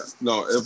no